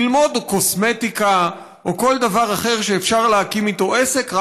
ללמוד קוסמטיקה או כל דבר אחר שאפשר להקים איתו עסק,